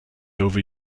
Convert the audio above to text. over